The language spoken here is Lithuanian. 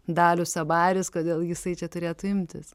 dalius abaris kodėl jisai čia turėtų imtis